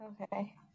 Okay